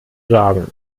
sagen